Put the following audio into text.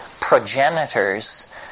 progenitors